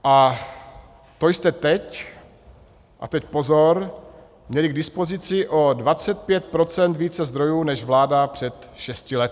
A to jste teď a teď pozor měli k dispozici o 25 % více zdrojů než vláda před šesti lety.